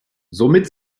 somit